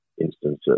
instance